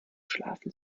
schlafen